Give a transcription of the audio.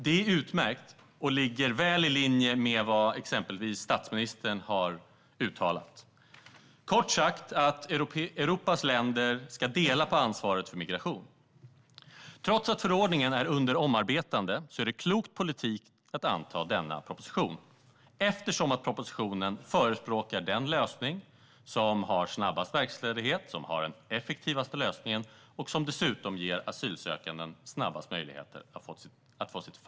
Det är utmärkt och ligger väl i linje med vad exempelvis statsministern har uttalat, kort sagt att Europas länder ska dela på ansvaret för migration. Trots att förordningen är under omarbetande är det klok politik att anta denna proposition, eftersom propositionen förespråkar den lösning som har snabbast verkställighet och den effektivaste lösningen och som dessutom ger den asylsökande snabbast möjlighet att få sitt fall prövat.